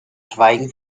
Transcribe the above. schweigen